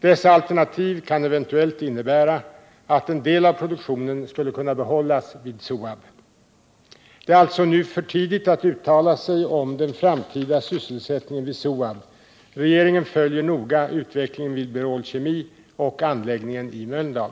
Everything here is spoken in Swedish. Dessa alternativ kan eventuellt innebära att en del av produktionen skulle kunna behållas vid SOAB. Det är alltså nu för tidigt att uttala sig om den framtida sysselsättningen vid SOAB. Regeringen följer noga utvecklingen vid Berol Kemi och anläggningen i Mölndal.